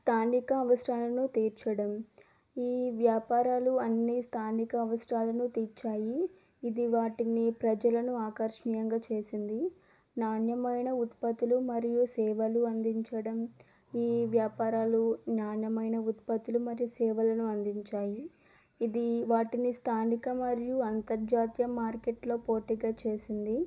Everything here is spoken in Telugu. స్థానిక అవసరాలను తీర్చడం ఈ వ్యాపారాలు అన్ని స్థానిక అవసరాలను తీర్చాయి ఇది వాటిని ప్రజలను ఆకర్షణీయంగా చేసింది నాణ్యమైన ఉత్పత్తులు మరియు సేవలు అందించడం ఈ వ్యాపారాలు నాణ్యమైన ఉత్పత్తులు మరియు సేవలను అందించాయి ఇది వాటిని స్థానిక మరియు అంతర్జాతీయ మార్కెట్లో పోటీగా చేసింది